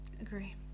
Agree